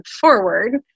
forward